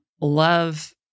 love